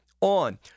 on